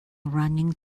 running